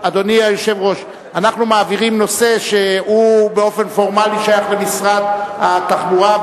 אנחנו מעבירים נושא שבאופן פורמלי שייך למשרד התחבורה,